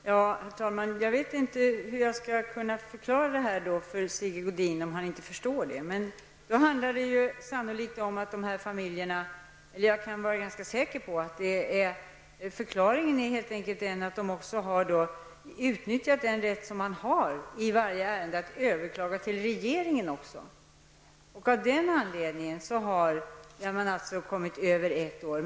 Herr talman! Jag vet inte hur jag skall kunna förklara för Sigge Godin om han inte förstår. Det handlar sannolikt om att dessa familjer -- jag är ganska säker på att det helt enkelt är förklaringen -- också har utnyttjat den rätt som man har i varje ärende att överklaga till regeringen. Av den anledningen har det gått mer än ett år.